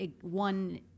one